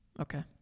okay